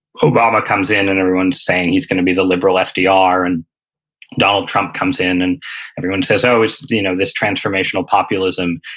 obama comes in and everyone's saying he's gonna be the liberal fdr and donald trump comes in, and everyone says, oh, it's you know this transformational populism.